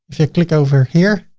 if you click over here,